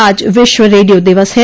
आज विश्व रेडियो दिवस है